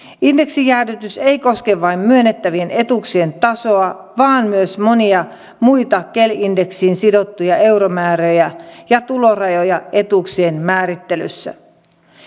indeksijäädytys ei koske vain myönnettävien etuuksien tasoa vaan myös monia muita kel indeksiin sidottuja euromääriä ja tulorajoja etuuksien määrittelyssä